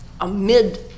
Amid